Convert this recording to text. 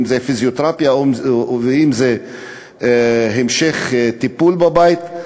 אם זה פיזיותרפיה ואם זה המשך טיפול בבית.